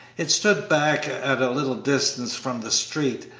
it stood back at a little distance from the street,